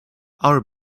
are